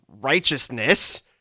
righteousness